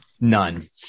none